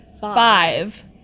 five